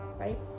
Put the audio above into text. right